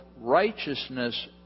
righteousness